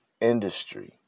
industry